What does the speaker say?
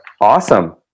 awesome